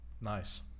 Nice